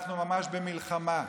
אנחנו ממש במלחמה: